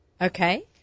Okay